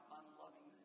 unloving